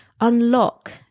unlock